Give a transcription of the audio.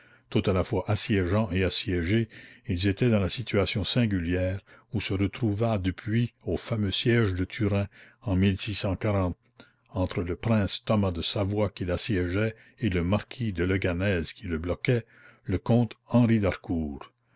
tout à la fois assiégeants et assiégés ils étaient dans la situation singulière où se retrouva depuis au fameux siège de turin en entre le prince thomas de savoie qu'il assiégeait et le marquis de leganez qui le bloquait le comte henri d'harcourt